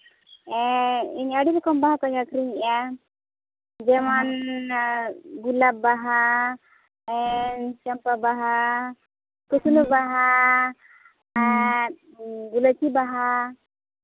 ᱦᱮᱸ ᱤᱧ ᱟᱹᱰᱤ ᱨᱚᱠᱚᱢ ᱵᱟᱦᱟ ᱠᱚᱧ ᱟᱹᱠᱷᱨᱤᱧᱮᱫᱼᱟ ᱡᱮᱢᱚᱱ ᱜᱳᱞᱟᱯ ᱵᱟᱦᱟ ᱪᱟᱢᱯᱟ ᱵᱟᱦᱟ ᱠᱩᱥᱱᱤ ᱵᱟᱦᱟ ᱟᱨ ᱜᱩᱞᱟᱹᱪᱤ ᱵᱟᱦᱟ